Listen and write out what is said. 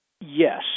yes